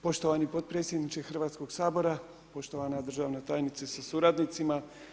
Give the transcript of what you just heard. Poštovani potpredsjedniče Hrvatskoga sabora, poštovana državna tajnice sa suradnicima.